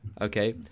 okay